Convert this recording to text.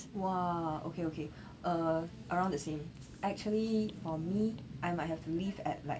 !wah! okay okay uh around the same actually for me I might have to leave at like